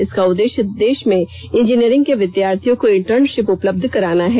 इसका उद्देश्य देश में इंजीनियरिंग के विद्यार्थियों को इंटर्नशिप उपलब्ध कराना है